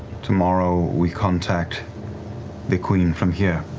tomorrow, we contact the queen from here.